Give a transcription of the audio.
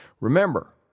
Remember